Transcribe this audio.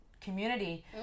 community